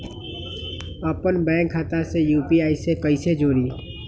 अपना बैंक खाता के यू.पी.आई से कईसे जोड़ी?